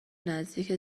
نزدیک